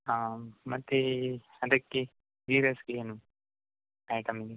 ಹಾಂ ಮತ್ತು ಅದಕ್ಕೆ ಗೀ ರೈಸ್ಗೆ ಏನು ಐಟಮ್ಗೆ